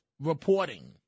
reporting